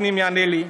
שר הפנים, יענה לי.